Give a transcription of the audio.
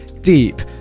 deep